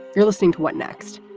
you're listening to what next?